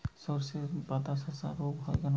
শর্ষের পাতাধসা রোগ হয় কেন?